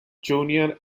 junior